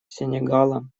сенегала